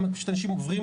גם משתמשים קבועים,